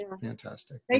fantastic